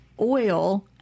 oil